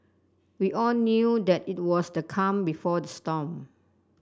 we all knew that it was the calm before the storm